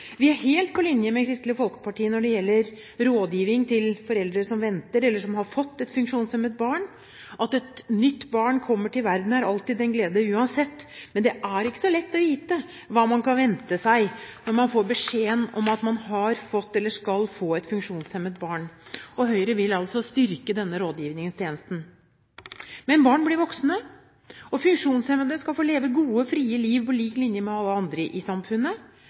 Vi er helt på linje med Kristelig Folkeparti når det gjelder rådgivning til foreldre som venter, eller som har fått, et funksjonshemmet barn. At et nytt barn kommer til verden, er alltid en glede uansett. Men det er ikke så lett å vite hva man kan vente seg når man får beskjeden om at man har fått eller skal få et funksjonshemmet barn. Høyre vil altså styrke denne rådgivningstjenesten. Men barn blir voksne, og funksjonshemmede skal få leve gode, frie liv på lik linje med alle andre i samfunnet.